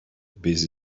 busy